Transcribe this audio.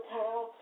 town